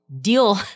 deal